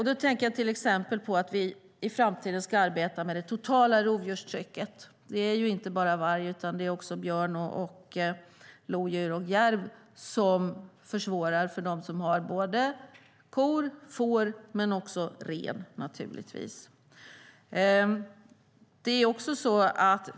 Jag tänker till exempel på att vi i framtiden ska arbeta med det totala rovdjurstrycket. Det är ju inte bara varg utan också björn, lodjur och järv som försvårar för dem som har kor och får men naturligtvis även ren.